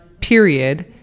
Period